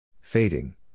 Fading